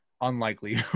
unlikely